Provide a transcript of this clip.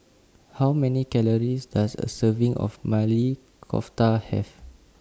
How Many Calories Does A Serving of Maili Kofta Have